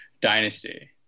dynasty